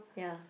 ya